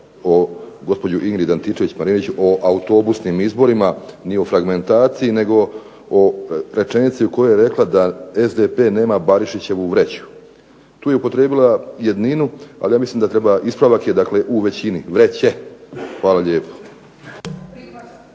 gospođu Ingrid Antičević-Marinović o autobusnim izborima ni o fragmentaciji nego o rečenici u kojoj je rekla da SDP nema Barišićevu vreću. Tu je upotrijebila jedninu, ali ja mislim da treba, ispravak je dakle u množini, vreće. Hvala lijepo.